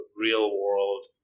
real-world